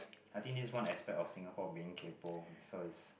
I think this one aspect of Singapore being kaypo so is